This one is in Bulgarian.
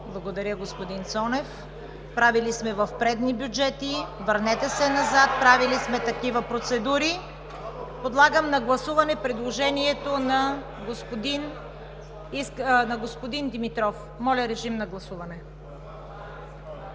Благодаря, господин Цонев. Правили сме го в предни бюджети. Върнете се назад, правили сме такива процедури. Подлагам на гласуване предложението на господин Димитров. (Реплики от ДПС.)